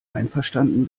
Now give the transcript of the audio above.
einverstanden